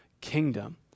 kingdom